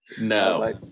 No